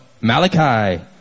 Malachi